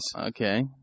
Okay